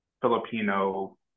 Filipino